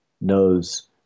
knows